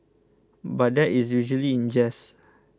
but that is usually in jest